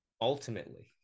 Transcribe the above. ultimately